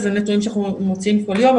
זה נתון שאנחנו מוציאים כל יום,